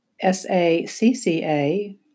S-A-C-C-A